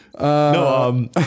No